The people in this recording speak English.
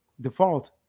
default